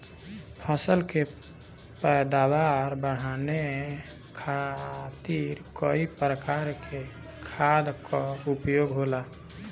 फसल के पैदावार बढ़ावे खातिर कई प्रकार के खाद कअ उपयोग होला